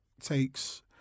takes